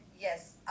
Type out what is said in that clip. yes